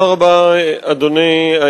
בבקשה, אדוני.